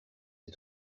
des